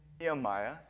Nehemiah